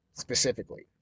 specifically